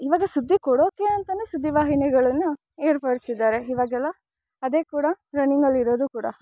ಇವಾಗ ಸುದ್ದಿ ಕೊಡೋಕೆ ಅಂತಾ ಸುದ್ದಿ ವಾಹಿನಿಗಳನ್ನು ಏರ್ಪಡಿಸಿದ್ದಾರೆ ಇವಾಗೆಲ್ಲ ಅದೇ ಕೂಡ ರನ್ನಿಂಗಲ್ಲಿ ಇರೋದು ಕೂಡ